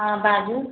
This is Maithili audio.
हँ बाजू